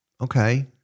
Okay